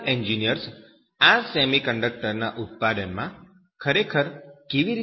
chemical engineers આ સેમિકન્ડક્ટરના ઉત્પાદનમાં ખરેખર કેવી રીતે મહત્વપૂર્ણ છે